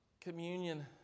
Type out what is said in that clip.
Communion